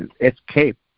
escape